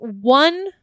one